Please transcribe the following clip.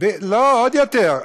לא, עוד יותר.